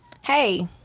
Hey